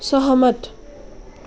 सहमत